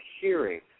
hearing